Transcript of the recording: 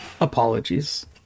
Apologies